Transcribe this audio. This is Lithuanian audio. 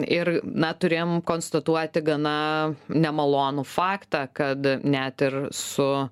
ir na turėjom konstatuoti gana nemalonų faktą kad net ir su